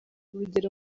urugero